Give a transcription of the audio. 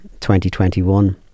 2021